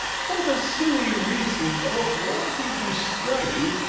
for the silly reason of wanting to study,